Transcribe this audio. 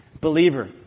Believer